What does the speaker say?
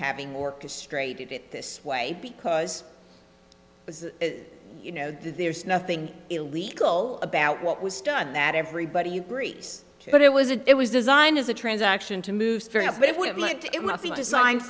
having orchestrated it this way because you know there's nothing illegal about what was done that everybody agrees but it was it was designed as a transaction to move